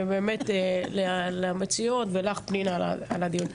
ובאמת למציעות ולך פנינה על הדיון,